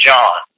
John